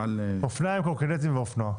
אופניים, קורקינטים ואופנוע.